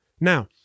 now